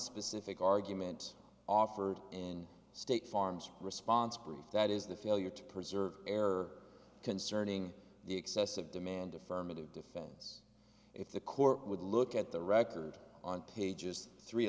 specific argument offered in state farm's response brief that is the failure to preserve air concerning the excessive demand affirmative defense if the court would look at the record on tape just three